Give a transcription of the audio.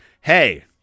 Hey